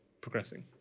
progressing